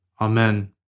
Amen